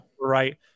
right